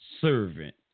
servant